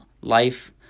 life